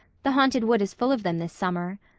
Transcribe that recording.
the haunted wood is full of them this summer.